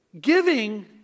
giving